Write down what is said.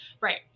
right